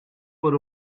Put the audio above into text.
por